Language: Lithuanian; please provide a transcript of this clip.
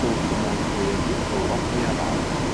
sausumos pajėgų europoje vadas